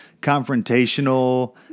confrontational